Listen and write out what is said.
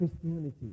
Christianity